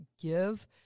give